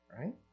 right